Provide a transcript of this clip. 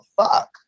fuck